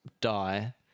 die